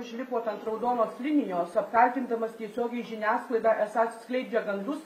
užlipot ant raudonos linijos apkaltindamas tiesiogiai žiniasklaidą esą skleidžia gandus